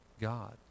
God